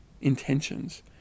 intentions